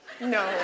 No